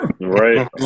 Right